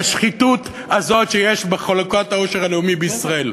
את השחיתות הזאת שיש בחלוקת העושר הלאומי בישראל.